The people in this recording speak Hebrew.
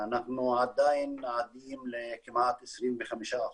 אנחנו עדיין עדים לכמעט 25%,